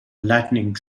lightening